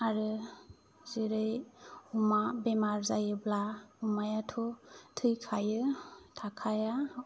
आरो जेरै अमा बेमार जायोब्ला अमायाथ' थैखायो थाखाया